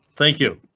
thank you.